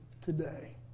today